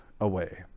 away